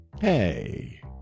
Hey